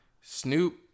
Snoop